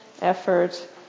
effort